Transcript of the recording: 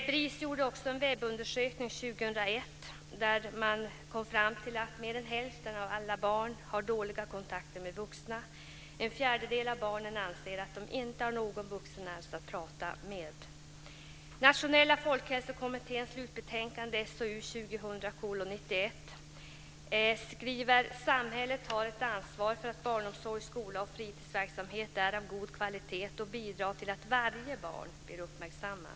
BRIS gjorde också en webbundersökning år 2001 där man kommer fram till att mer än hälften av alla barn har dåliga kontakter med vuxna. En fjärdedel av barnen anser att de inte har någon vuxen alls att prata med. SOU 2000:91 står det: "Samhället har ett ansvar för att barnomsorg, skola och fritidsverksamhet är av god kvalitet och bidrar till att varje barn blir uppmärksammat."